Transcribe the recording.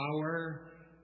power